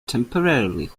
temporarily